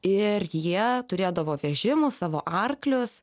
ir jie turėdavo vežimų savo arklius